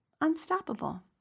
unstoppable